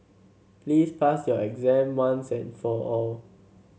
please pass your exam once and for all